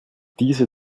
diese